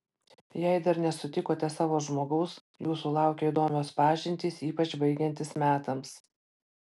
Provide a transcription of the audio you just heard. jei dar nesutikote savo žmogaus jūsų laukia įdomios pažintys ypač baigiantis metams